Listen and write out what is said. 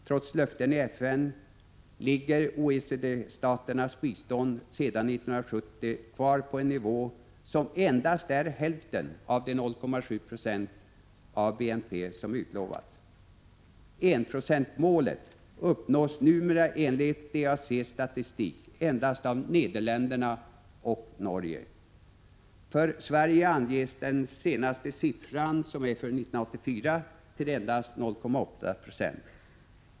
Trots löftena i FN ligger OECD-staternas bistånd sedan 1970 kvar på en nivå som endast är hälften av de 0,7 Zo av BNP som utlovats. Enprocentsmålet uppnås numera enligt DAC:s statistik endast av Nederländerna och Norge. För Sverige anges den senaste siffran, som är för 1984, till endast 0,8 Zo.